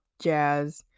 jazz